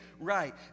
right